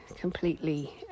completely